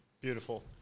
beautiful